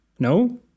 No